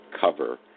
cover